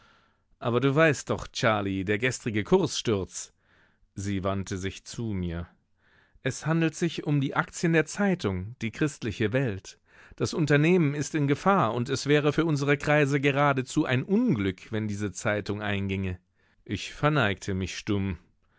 aber du weißt doch charlie der gestrige kurssturz sie wandte sich zu mir es handelt sich um die aktien der zeitung die christliche welt das unternehmen ist in gefahr und es wäre für unsere kreise geradezu ein unglück wenn diese zeitung einginge ich verneigte mich stumm